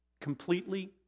completely